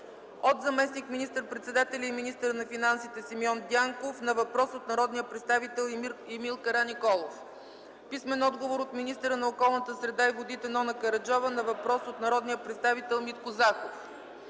от заместник министър-председателя и министър на финансите Симеон Дянков на въпрос от народния представител Емил Караниколов; - от министъра на околната среда и водите Нона Караджова на въпрос от народния представител Митко Захов;